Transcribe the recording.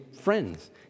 friends